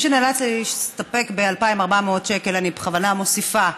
מי שנאלץ להסתפק ב-2,400 שקל, אני בכוונה מוסיפה,